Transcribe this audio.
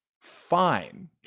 fine